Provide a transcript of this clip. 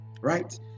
Right